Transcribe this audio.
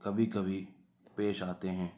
کبھی کبھی پیش آتے ہیں